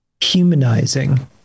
humanizing